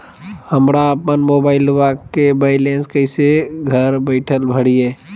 हमरा अपन मोबाइलबा के बैलेंस कैसे घर बैठल भरिए?